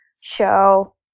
show